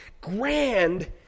Grand